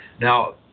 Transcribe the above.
Now